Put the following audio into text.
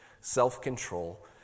self-control